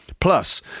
Plus